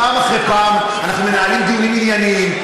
פעם אחרי פעם אנחנו מנהלים דיונים ענייניים.